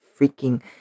freaking